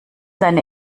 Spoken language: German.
deine